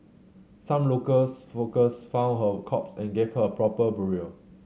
some locals for workers found her corpse and gave her a proper burial